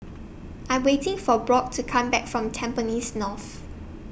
I'm waiting For Brock to Come Back from Tampines North